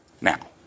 now